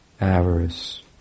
avarice